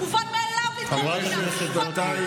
מובן מאליו לשרת בצבא,